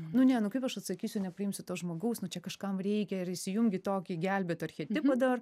nu ne nu kaip aš atsakysiu nepriimsiu to žmogaus nu čia kažkam reikia ir įsijungi tokį gelbėt archetipą dar